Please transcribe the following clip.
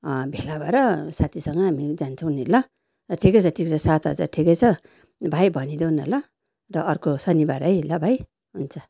भेला भएर साथीसँग हामी जान्छौँ नि ल ठिकै छ ठिकै छ सात हजार ठिकै छ भाइ भनिदेउ न ल र अर्को शनिबार है ल भाइ हुन्छ